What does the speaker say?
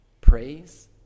Praise